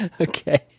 Okay